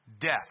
Death